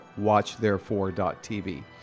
watchtherefore.tv